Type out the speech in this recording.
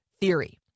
theory